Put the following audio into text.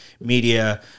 media